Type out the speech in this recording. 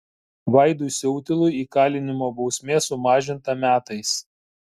vaidui siautilui įkalinimo bausmė sumažinta metais